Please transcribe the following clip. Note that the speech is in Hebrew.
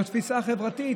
זאת תפיסה חברתית?